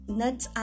nuts